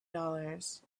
dollars